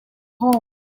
home